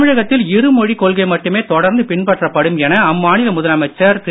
தமிழகத்தில் இருமொழிக் கொள்கை மட்டுமே தொடர்ந்து பின்பற்றப்படும் என அம்மாநில முதலமைச்சர் திரு